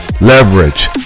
leverage